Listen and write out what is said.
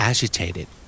Agitated